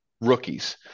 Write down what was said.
Rookies